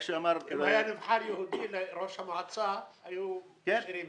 אם היה נבחר יהודי לראש המועצה, היו עושים זאת.